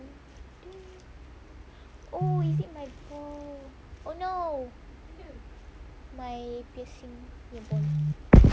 oh is it my boy oh no my piercing